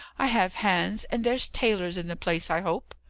i have hands, and there's tailors in the place, i hope.